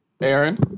Aaron